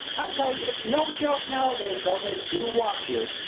i tell you it's no joke nowadays, though. they do watch you!